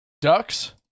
ducks